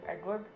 Edward